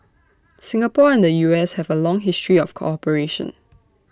Singapore and the U S have A long history of cooperation